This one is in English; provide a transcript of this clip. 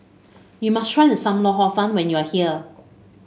you must try Sam Lau Hor Fun when you are here